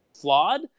flawed